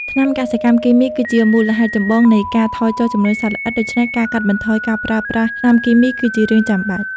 ថ្នាំកសិកម្មគីមីគឺជាមូលហេតុចម្បងនៃការថយចុះចំនួនសត្វល្អិត ដូច្នេះការកាត់បន្ថយការប្រើប្រាស់ថ្នាំគីមីគឺជារឿងចាំបាច់។